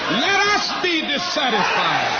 let us be dissatisfied